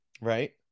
right